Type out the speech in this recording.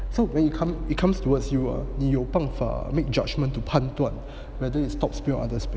so when you come it comes towards you or 你有办法 make judgment to 判断 whether its top spin or under spin